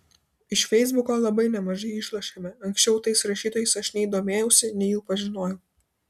iš feisbuko labai nemažai išlošėme anksčiau tais rašytojais aš nei domėjausi nei jų pažinojau